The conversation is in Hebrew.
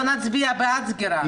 לא נצביע בעד סגירה.